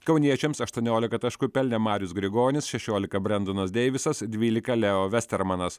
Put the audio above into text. kauniečiams aštuoniolika taškų pelnė marius grigonis šešiolika brendonas deivisas dvylika leo vestermanas